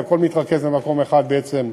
כי הכול מתרכז למקום אחד בעצם,